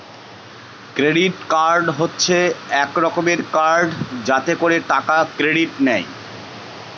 credit card হচ্ছে এক রকমের কার্ড যাতে করে টাকা ক্রেডিট নেয়